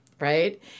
right